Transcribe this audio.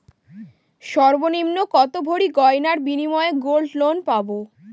সর্বনিম্ন কত ভরি গয়নার বিনিময়ে গোল্ড লোন পাব?